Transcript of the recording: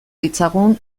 ditzagun